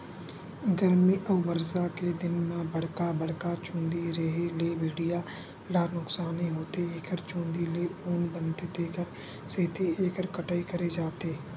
गरमी अउ बरसा के दिन म बड़का बड़का चूंदी रेहे ले भेड़िया ल नुकसानी होथे एखर चूंदी ले ऊन बनथे तेखर सेती एखर कटई करे जाथे